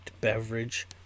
beverage